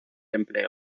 empleo